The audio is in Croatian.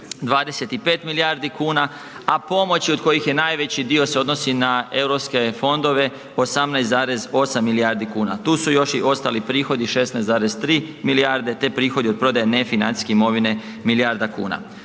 25 milijardi kuna a pomoći od kojih najveći dio se odnosi na europske fondove 18,8 milijardi kuna, tu su još i ostali prihodi 16,3 milijarde te prihodi od prodaje nefinancijske imovine milijarda kuna.